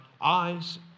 eyes